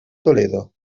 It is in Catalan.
toledo